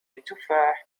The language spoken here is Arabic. التفاح